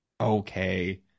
okay